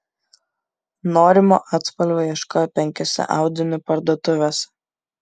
norimo atspalvio ieškojo penkiose audinių parduotuvėse